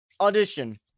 audition